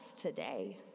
today